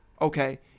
okay